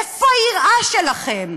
איפה היראה שלכם?